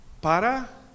para